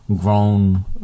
grown